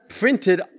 Printed